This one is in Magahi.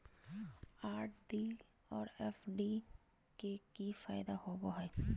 आर.डी और एफ.डी के की फायदा होबो हइ?